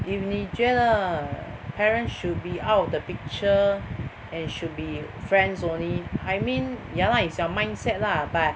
if 你觉得 parents should be out of the picture and should be friends only I mean ya lah it's your mindset lah but